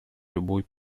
любой